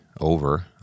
over